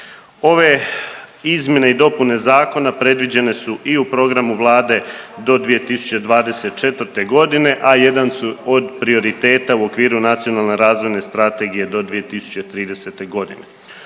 Ove izmjene i dopune zakona predviđene su i u programu vlade do 2024.g., a jedan su od prioriteta u okviru Nacionalne razvojne strategije do 2030.g..